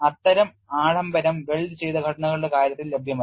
അത്തരം ആഡംബരം weld ചെയ്ത ഘടനകളുടെ കാര്യത്തിൽ ലഭ്യമല്ല